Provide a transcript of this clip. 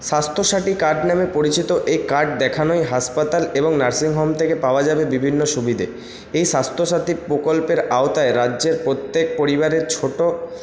Swasthya Sathi card নামে পরিচিত এই কার্ড দেখানোয় হাসপাতাল এবং নার্সিংহোম থেকে পাওয়া যাবে বিভিন্ন সুবিধে এই স্বাস্থ্যসাথী প্রকল্পের আওতায় রাজ্যের প্রত্যেক পরিবারের ছোট